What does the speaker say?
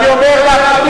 אני אומר לה,